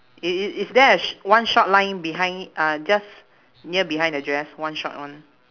i~ i~ is there a sh~ one short line behind it uh just near behind the dress one short one